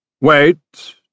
Wait